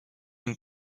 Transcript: une